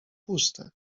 puste